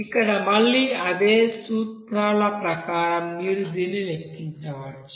ఇక్కడ మళ్ళీ అదే సూత్రాల ప్రకారం మీరు దీన్ని లెక్కించవచ్చు